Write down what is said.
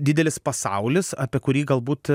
didelis pasaulis apie kurį galbūt